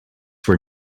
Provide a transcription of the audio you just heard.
were